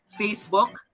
facebook